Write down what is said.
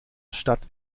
stadt